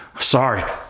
sorry